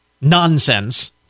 nonsense